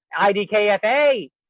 IDKFA